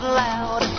loud